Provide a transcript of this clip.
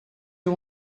you